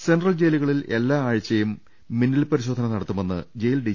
central ജയിലുകളിൽ എല്ലാ ആഴ്ചയിലും മിന്നൽ പരിശോധന നടത്തുമെന്ന് ജയിൽ ഡി